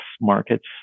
markets